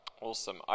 Awesome